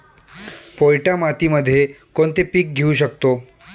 पोयटा मातीमध्ये कोणते पीक घेऊ शकतो?